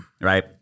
Right